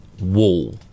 wall